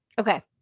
Okay